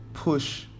Push